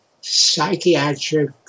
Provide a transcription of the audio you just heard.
psychiatric